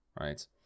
right